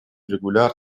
регулярно